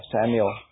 Samuel